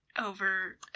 over